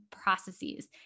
Processes